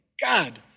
God